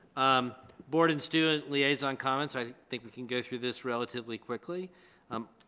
um board and student liaison comments i think we can go through this relatively quickly um